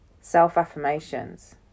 self-affirmations